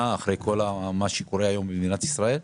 אחרי כל מה שקורה היום במדינת ישראל?